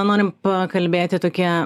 norim pakalbėti tokia